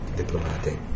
diplomatic